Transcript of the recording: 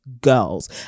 girls